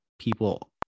people